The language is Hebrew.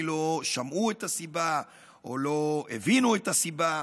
לא שמעו את הסיבה או לא הבינו את הסיבה,